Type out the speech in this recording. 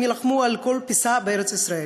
הם יילחמו על כל פיסה בארץ-ישראל.